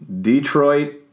Detroit